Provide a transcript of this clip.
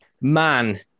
man